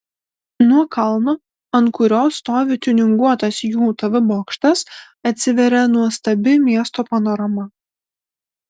nuo kalno ant kurio stovi tiuninguotas jų tv bokštas atsiveria nuostabi miesto panorama